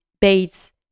Bates